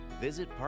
visit